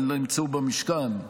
נמצאו במשכן,